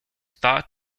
thought